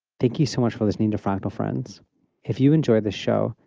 thank you so much for listening to fractal friends if you enjoy the show,